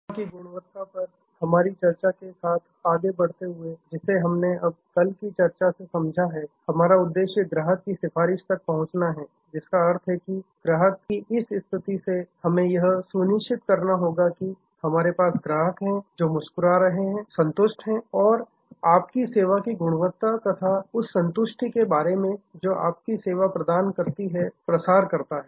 सेवा की गुणवत्ता पर हमारी चर्चा के साथ आगे बढ़ते हुए जिसे हमने अब कल की चर्चा से समझा है हमारा उद्देश्य ग्राहक की सिफारिश तक पहुँचना है जिसका अर्थ है कि ग्राहक की इस स्थिति से हमें यह सुनिश्चित करना होगा कि हमारे पास ग्राहक हैं जो मुस्कुरा रहे हैं संतुष्ट हैं और हैं आपकी सेवा की गुणवत्ता तथा उस संतुष्टि के बारे में जो आपकी सेवा प्रदान करती है प्रसार करता है